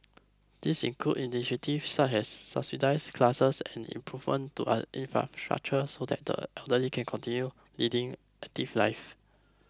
this includes initiatives such as subsidised classes and improvements to infrastructure so that the elderly can continue leading active lives